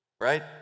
Right